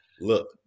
Look